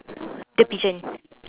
the pigeon